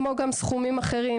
כמו גם סכומים אחרים.